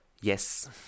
Yes